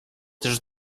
też